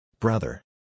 Brother